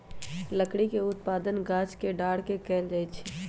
लकड़ी के उत्पादन गाछ के डार के कएल जाइ छइ